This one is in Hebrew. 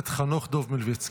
חבר הכנסת חנוך דב מלביצקי.